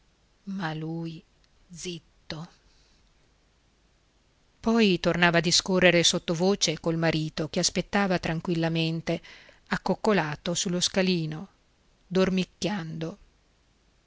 ma lui zitto poi tornava a discorrere sottovoce col marito che aspettava tranquillamente accoccolato sullo scalino dormicchiando